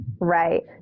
Right